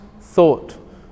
thought